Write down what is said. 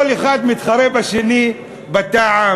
כל אחד מתחרה בשני בטעם.